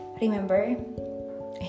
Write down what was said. Remember